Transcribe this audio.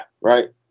Right